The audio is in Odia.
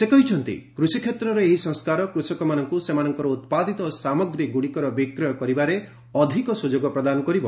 ସେ କହିଛନ୍ତି କୃଷିକ୍ଷେତ୍ରରେ ଏହି ସଂସ୍କାର କୃଷକମାନଙ୍କୁ ସେମାନଙ୍କର ଉତ୍ପାଦିତ ସାମଗ୍ରୀଗୁଡ଼ିକର ବିକ୍ରୟ କରିବାରେ ଅଧିକ ସୁଯୋଗ ପ୍ରଦାନ କରିବ